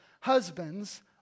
Husbands